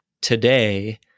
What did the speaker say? today